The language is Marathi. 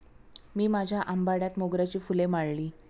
मी माझ्या आंबाड्यात मोगऱ्याची फुले माळली